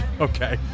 Okay